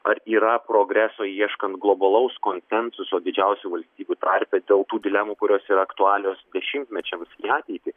ar yra progreso ieškant globalaus konsensuso didžiausių valstybių tarpe dėl tų dilemų kurios yra aktualios dešimtmečiams į ateitį